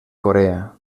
corea